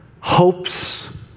hopes